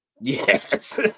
Yes